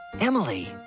Emily